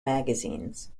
magazines